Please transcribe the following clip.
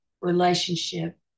relationship